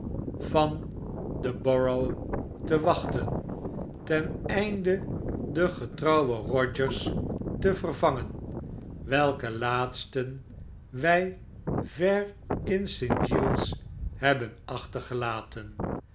van den borough te wachten ten einde den getrou wen rogers te vervangen welken laatsten wy ver in st giles hebben achtergeiaten